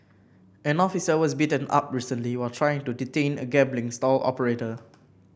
an officer was beaten up recently while trying to detain a gambling stall operator